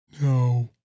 no